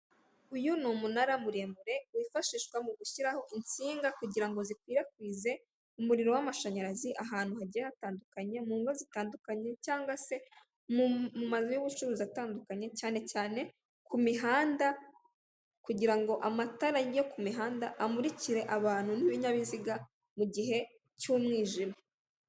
Uyu ni umunara muremure wifashishwa mu gushyiraho insinga kugira ngo zikwirakwize umuriro w'amashanyarazi ahantu hagiye hatandukanye mu ngo zitandukanye cyangwa se mu mazu y'ubucuruzi atandukanye cyane cyane ku mihanda, kugirango amatara yo ku mihanda amurikire abantu n'ibinyabiziga mu gihe cy'umwijima.